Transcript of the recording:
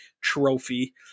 trophy